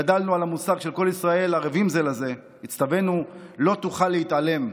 גדלנו על המושג "כל ישראל ערבים זה לזה"; הצטווינו: לא תוכל להתעלם,